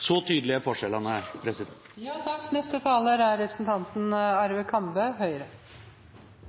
Så tydelige er forskjellene. Representanten Arve Kambe